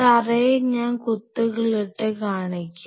തറയെ ഞാൻ കുത്തുകളിട്ട് കാണിക്കാം